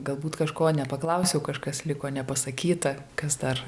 galbūt kažko nepaklausiau kažkas liko nepasakyta kas dar